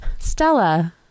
Stella